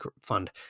fund